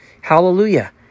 Hallelujah